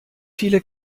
viele